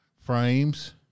frames